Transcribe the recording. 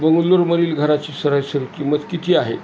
बंगलोरमधील घराची सरासरी किंमत किती आहे